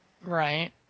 Right